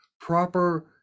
proper